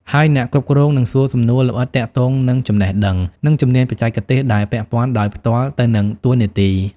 ហើយអ្នកគ្រប់គ្រងនឹងសួរសំណួរលម្អិតទាក់ទងនឹងចំណេះដឹង និងជំនាញបច្ចេកទេសដែលពាក់ព័ន្ធដោយផ្ទាល់ទៅនឹងតួនាទី។